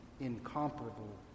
incomparable